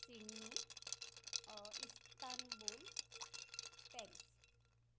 Sydney Istanbul Paris